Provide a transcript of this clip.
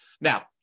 Now